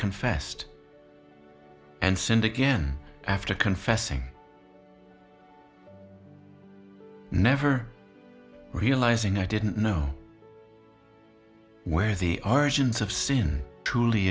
confessed and sinned again after confessing never realizing i didn't know where the origins of sin truly